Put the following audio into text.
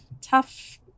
tough